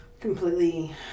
completely